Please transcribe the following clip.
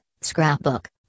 scrapbook